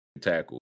tackle